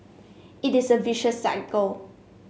it is a vicious cycle